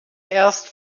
erst